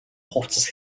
хувцас